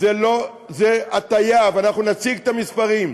זאת הטעיה, ואנחנו נציג את המספרים.